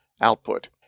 output